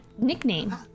nickname